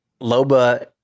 loba